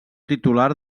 titular